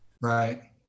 right